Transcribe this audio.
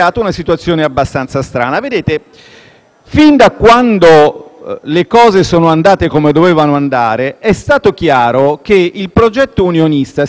le cose sono andate come dovevano andare, è stato chiaro che il progetto unionista si trovava ad un bivio e aveva di fronte a sé due strade ugualmente sbagliate.